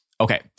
Okay